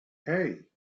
hey